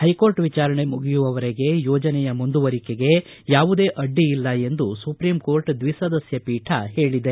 high court ವಿಚಾರಣೆ ಮುಗಿಯುವವರೆಗೆ ಯೋಜನೆಯ ಮುಂದುವರಿಕೆಗೆ ಯಾವುದೇ ಅಡ್ಡಿ ಇಲ್ಲ ಎಂದು ಸುಪ್ರೀಂ ಕೋರ್ಟ್ ದ್ವಿಸದಸ್ನ ಪೀಠ ಹೇಳಿದೆ